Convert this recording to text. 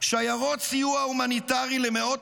תוקפים שיירות סיוע הומניטרי למאות